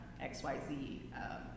XYZ